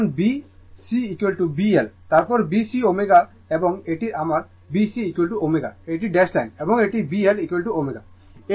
কারণ B CB L তারপর B C ω এবং এটি আমার B Cω এটি ড্যাশ লাইন এবং এটি B Lω